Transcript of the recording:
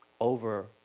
over